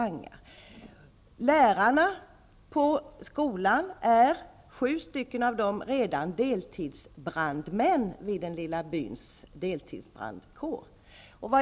Sju av lärarna på skolan är redan deltidsbrandmän i den lilla byns deltidsbrandkår.